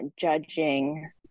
judging